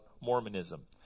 Mormonism